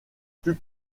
plus